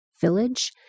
village